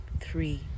Three